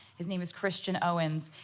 his name is christian owens.